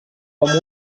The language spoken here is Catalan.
com